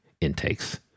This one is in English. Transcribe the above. intakes